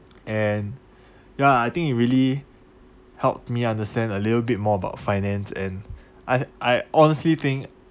and ya I think it really helped me understand a little bit more about finance and I I honestly think